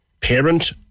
Parent